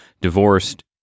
divorced